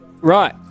Right